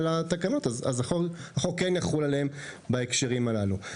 אז החוק כן יחול עליהם בהקשרים הללו.